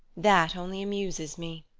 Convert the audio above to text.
that only amuses me.